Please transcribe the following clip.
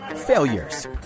Failures